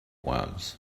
worms